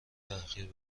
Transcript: اخیر